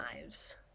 lives